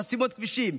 חסימות כבישים,